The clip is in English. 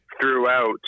Throughout